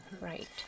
Right